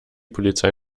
polizei